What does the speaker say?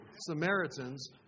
Samaritans